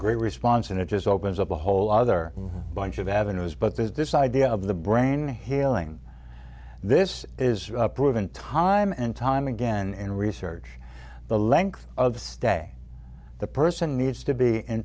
great response and it just opens up a whole other bunch of avenues but there's this idea of the brain healing this is proven time and time again and research the length of stay the person needs to be in